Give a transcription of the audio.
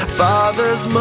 fathers